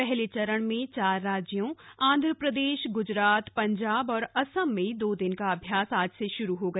पहले चरण में चार राज्यों आंध्र प्रदेश ग्रजरात पंजाब और असम में दो दिन का अभ्यास आज से शुरू हो गया